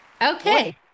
Okay